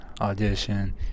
Audition